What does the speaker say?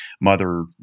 mother